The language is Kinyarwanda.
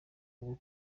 ubu